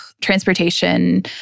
Transportation